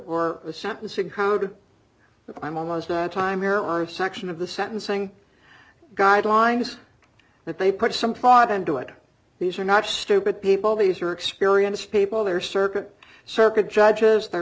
or the sentencing how did the i'm almost out of time here are a section of the sentencing guidelines that they put some thought into it these are not stupid people these are experienced people they're circuit circuit judges the